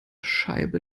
scheibe